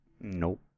Nope